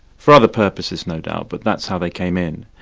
for other purposes no doubt, but that's how they came in.